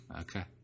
Okay